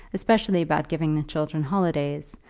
especially about giving the children holidays.